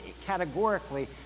categorically